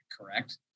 correct